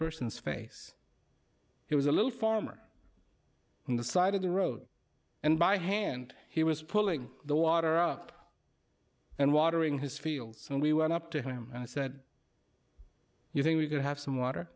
person's face he was a little farmer on the side of the road and by hand he was pulling the water up and watering his fields and we went up to him and said you think we could have some water